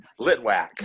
Litwack